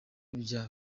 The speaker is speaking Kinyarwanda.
bya